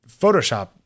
Photoshop